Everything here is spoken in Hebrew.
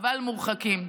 אבל מורחקים.